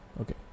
Okay